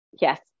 Yes